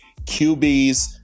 QBs